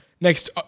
next